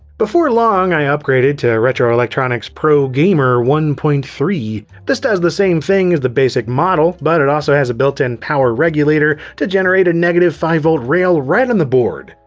before long i upgraded to retroelectronik's pro gamer one point three. this does the same thing as the basic model, but it also has a built-in power regulator to generate a negative five volt rail right on the board.